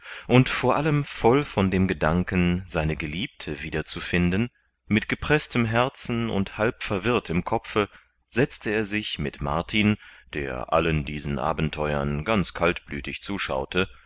und vor allem voll von dem gedanken seine geliebte wieder zu finden mit gepreßtem herzen und halb verwirrt im kopfe setzte er sich mit martin der allen diesen abenteuern ganz kaltblütig zuschaute